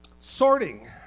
Sorting